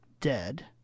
dead